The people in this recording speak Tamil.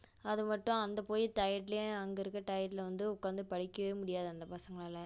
அது மட்டும் அந்தப் போய் டயர்ட்லயே அங்கே இருக்க டயர்ட்ல வந்து உட்காந்து படிக்கவே முடியாது அந்த பசங்களால்